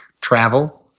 travel